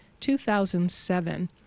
2007